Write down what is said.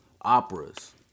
operas